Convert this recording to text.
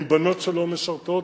על בנות שלא משרתות,